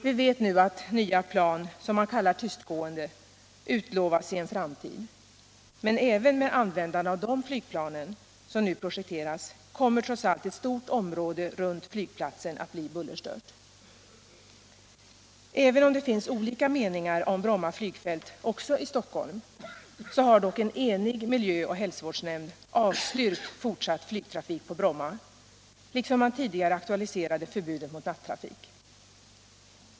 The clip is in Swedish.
Vi vet nu att nya plan, som man kallar tystgående, utlovas i en framtid, men även med användande av de flygplan som nu projekteras kommer, som sagt, ett stort område runt flygplatsen att bli bullerstört. Även om det finns olika meningar om Bromma flygfält också i Stockholm, har en enig miljö och hälsovårdsnämnd avstyrkt fortsatt flygtrafik på Bromma, liksom man tidigare aktualiserade förbudet mot nattrafik.